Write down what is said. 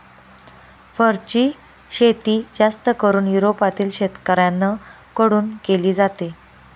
फरची शेती जास्त करून युरोपातील शेतकऱ्यांन कडून केली जाते